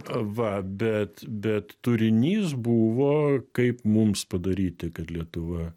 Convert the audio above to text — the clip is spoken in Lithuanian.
va bet bet turinys buvo kaip mums padaryti kad lietuva